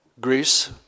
Greece